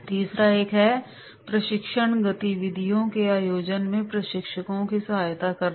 तीसरा एक है प्रशिक्षण गतिविधियों के आयोजन में प्रशिक्षकों की सहायता करना